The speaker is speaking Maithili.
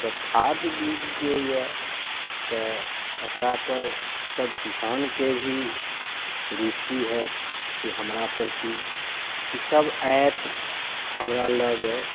तऽ खाद बीज जे यऽ एकरापर सब किसानके भी रुचि हैत हमरा प्रति कि सब आयत हमरा लग